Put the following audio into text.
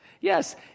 Yes